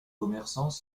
commerçants